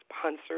sponsors